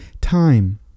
time